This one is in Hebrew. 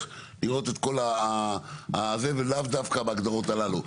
לראות את כל הזה ולאו דווקא בהגדרות הללו.